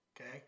Okay